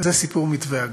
וזה סיפור מתווה הגז.